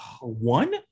one